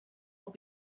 will